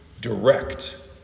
direct